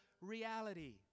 reality